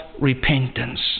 repentance